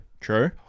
true